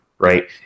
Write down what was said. Right